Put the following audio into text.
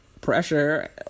pressure